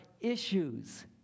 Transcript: issues